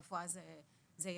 רפואה זה ייעוד,